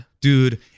dude